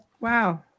Wow